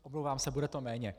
Omlouvám se, bude to méně.